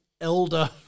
elder